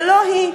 ולא היא.